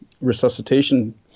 resuscitation